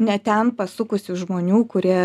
ne ten pasukusių žmonių kurie